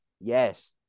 yes